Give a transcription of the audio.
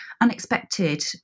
unexpected